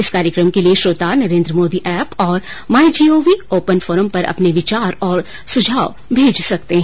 इस कार्यक्रम के लिए श्रोता नरेन्द्र मोदी ऐप और माई जीओवी ओपन फोरम पर अपने विचार और सुझाव भेज सकते हैं